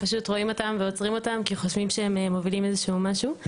פשוט רואים אותם ועוצרים אותם כי חושבים שהם מובילים איזה משהו.